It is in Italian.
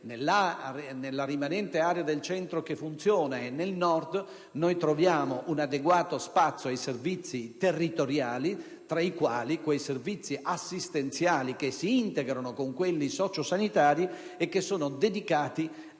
della rimanente area del Centro che funziona e del Nord, dove troviamo un adeguato spazio ai servizi territoriali, tra i quali quelli assistenziali che si integrano con quelli socio-sanitari, e che sono dedicati soprattutto